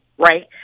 right